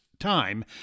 time